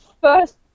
first